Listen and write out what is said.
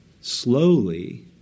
slowly